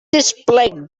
displayed